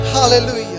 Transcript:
Hallelujah